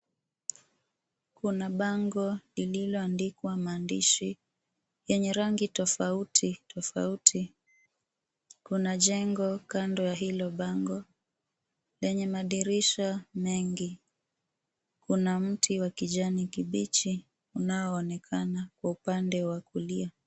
Kuna bango lililoandikwa maandishi, yenye rangi tofauti tofauti, kuna jengo kando ya hilo bango, lenye madirisha mengi. Kuna mti wa kijani kibichi, unaonekana kwa upande wa kulia.